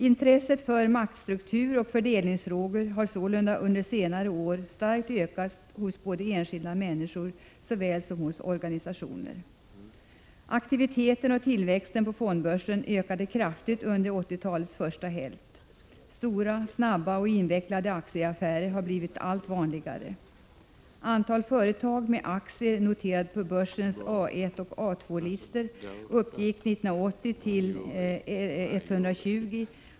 Intresset för maktstruktur och fördelningsfrågor har sålunda under senare år starkt ökat hos både enskilda människor och organisationer. Aktiviteten och tillväxten på fondbörsen ökade kraftigt under 80-talets första hälft. Stora, snabba och invecklade aktieaffärer har blivit allt vanligare. Antalet företag med aktier noterade på börsens A I och A II-listor uppgick 1980 till 120.